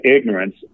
ignorance